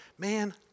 man